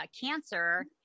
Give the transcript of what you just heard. cancer